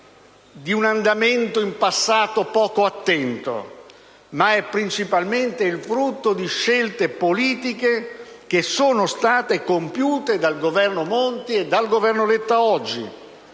un andamento in passato poco attento): è principalmente il frutto di scelte politiche che sono state compiute dal Governo Monti e, oggi, dal Governo Letta.